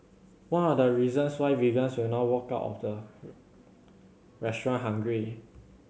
one of the reasons why vegans will not walk out of the restaurant hungry